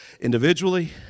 individually